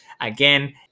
again